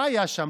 מה היה שם?